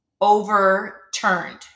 overturned